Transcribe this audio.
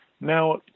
Now